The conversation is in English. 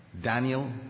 Daniel